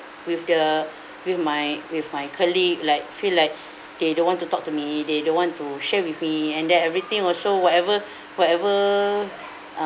with the with my with my colleague like feel like they don't want to talk to me they don't want to share with me and then everything also whatever whatever